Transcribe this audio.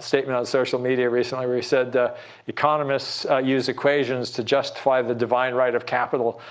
statement on social media recently, where he said economists use equations to justify the divine right of capital,